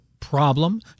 problem